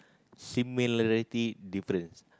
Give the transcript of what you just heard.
similarity difference